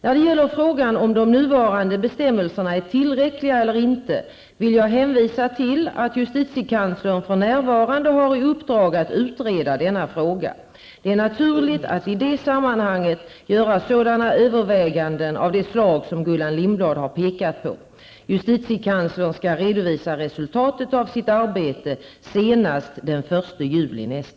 När det gäller frågan om de nuvarande bestämmelserna är tillräckliga eller inte, vill jag hänvisa till att justitiekanslern för närvarande har i uppdrag att utreda denna fråga. Det är naturligt att i det sammanhanget göra överväganden av det slag som Gullan Lindblad har pekat på. Justitiekanslern skall redovisa resultatet av sitt arbete senast den 1